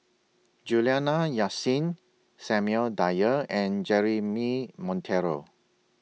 Juliana Yasin Samuel Dyer and Jeremy Monteiro